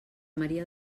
maria